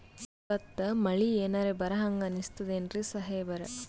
ಇವತ್ತ ಮಳಿ ಎನರೆ ಬರಹಂಗ ಅನಿಸ್ತದೆನ್ರಿ ಸಾಹೇಬರ?